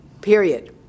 period